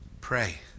pray